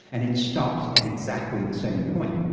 and it stops at exactly the same point.